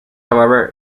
however